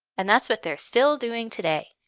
and that is what they are still doing today.